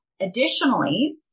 Additionally